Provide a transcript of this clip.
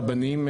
רבנים,